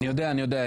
אני יודע, אני יודע.